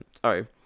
sorry